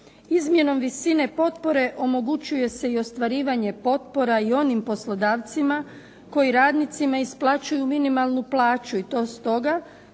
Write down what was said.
Izmjenom visine potpore omogućuje se i ostvarivanje potpora i onim poslodavcima koji radnicima isplaćuju minimalnu plaću i to stoga